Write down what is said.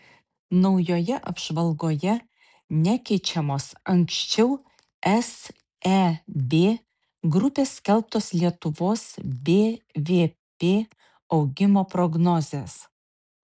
naujoje apžvalgoje nekeičiamos anksčiau seb grupės skelbtos lietuvos bvp augimo prognozės